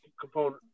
component